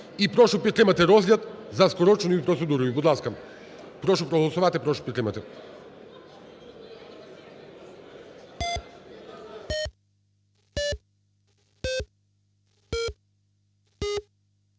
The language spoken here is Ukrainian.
прошу підтримати розгляд за скороченою процедурою. Прошу проголосувати, прошу підтримати.